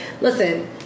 listen